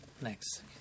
next